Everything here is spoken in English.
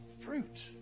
fruit